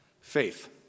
faith